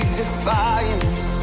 defiance